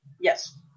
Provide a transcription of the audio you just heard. yes